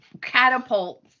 catapults